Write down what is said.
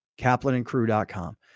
Kaplanandcrew.com